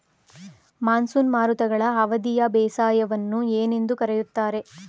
Monsoon ಮಾರುತಗಳ ಅವಧಿಯ ಬೇಸಾಯವನ್ನು ಏನೆಂದು ಕರೆಯುತ್ತಾರೆ?